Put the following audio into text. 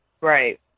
right